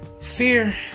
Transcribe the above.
Fear